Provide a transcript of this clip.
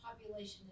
population